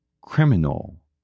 Criminal